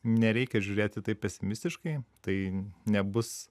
nereikia žiūrėti taip pesimistiškai tai nebus